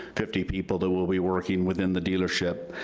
fifty people that will be working within the dealership.